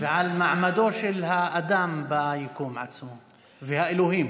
ועל מעמדו של האדם ביקום עצמו והאלוהים.